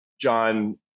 John